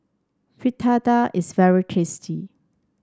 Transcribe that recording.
Fritada is very tasty